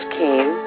came